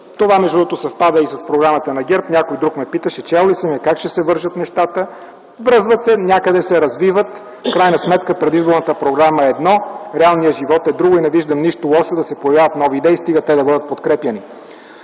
Това, между другото, съвпада и с Програмата на ГЕРБ. Някой друг ме питаше чел ли съм я и как ще се вържат нещата. Връзват се! Някъде се развиват. В крайна сметка предизборната програма е едно, реалният живот е друго, и не виждам нищо лошо да се появяват нови идеи, стига те да бъдат подкрепяни.